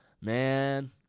Man